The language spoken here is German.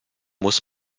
muss